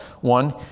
one